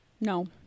No